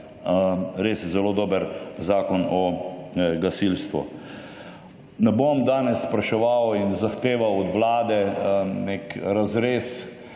res zelo dober Zakon o gasilstvu. Ne bom danes spraševal in zahteval od Vlade neki razrez,